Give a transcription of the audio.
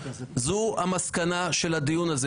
זו המסקנה של הדיון הזה.